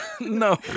no